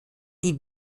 die